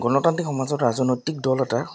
গণতান্তিক সমাজত ৰাজনৈতিক দল এটা